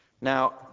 Now